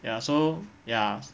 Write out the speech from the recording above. ya so ya